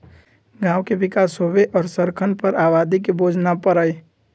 गांव के विकास होवे और शहरवन पर आबादी के बोझ न पड़ई